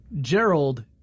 Gerald